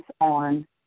on